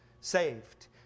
saved